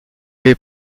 les